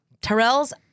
Terrell's